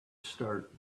start